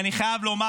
אני חייב לומר,